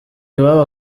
iwabo